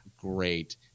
great